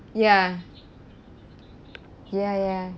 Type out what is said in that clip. ya ya ya